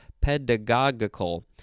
Pedagogical